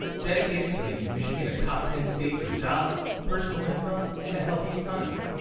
dedicated to making michigan a top ten state for jobs, personal income and a healthy economy.